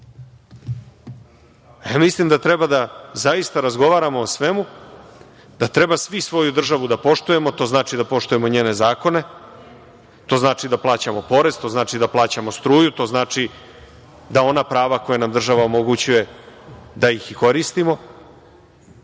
da treba zaista da razgovaramo o svemu, da treba svi svoju državu da poštujemo. To znači da poštujemo njene zakone, to znači da plaćamo porez, to znači da plaćamo struju, to znači da ona prava koja nam država omogućuje da ih i koristimo. Znate,